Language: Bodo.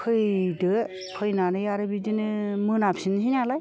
फैदो फैनानै आरो बिदिनो मोनाफिनसै नालाय